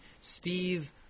Steve